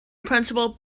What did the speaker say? principal